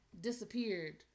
disappeared